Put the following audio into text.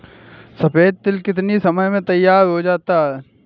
सफेद तिल कितनी समय में तैयार होता जाता है?